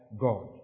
God